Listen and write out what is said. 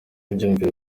ibyiyumviro